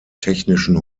technischen